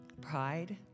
Pride